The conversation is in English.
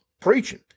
preaching